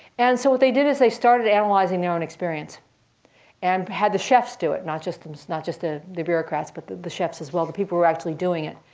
and so what they did is they started analyzing their own experience and had the chefs do it, not just not just ah the bureaucrats, but the the chefs as well, the people who were actually doing it.